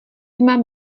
mám